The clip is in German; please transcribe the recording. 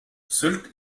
sylt